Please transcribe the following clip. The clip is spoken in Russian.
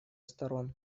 сторон